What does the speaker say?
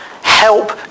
help